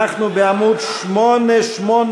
אנחנו בעמוד 886,